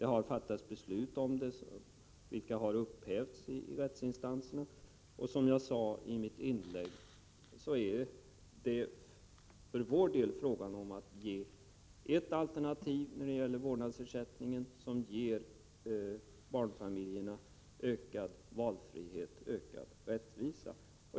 Det har fattats beslut, vilka har upphävts i rättsinstanserna. Som jag sade i mitt inlägg är det för vår del frågan om ett alternativ när det gäller vårdnadsersättning som skulle ge barnfamiljerna ökad valfrihet och ökad rättvisa.